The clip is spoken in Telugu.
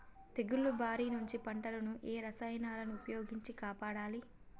తెగుళ్ల బారి నుంచి పంటలను ఏ రసాయనాలను ఉపయోగించి కాపాడాలి?